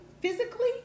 physically